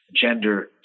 gender